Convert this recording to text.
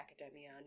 Academia